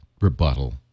rebuttal